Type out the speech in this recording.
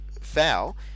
foul